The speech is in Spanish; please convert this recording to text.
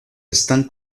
están